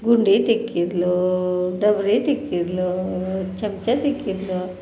ಗುಂಡಿ ತಿಕ್ಕಿದ್ದಳೂ ಡಬ್ರಿ ತಿಕ್ಕಿದ್ದಳೂ ಚಮಚ ತಿಕ್ಕಿದಳು